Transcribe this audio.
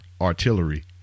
artillery